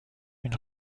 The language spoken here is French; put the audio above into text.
une